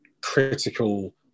critical